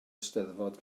eisteddfod